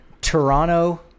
Toronto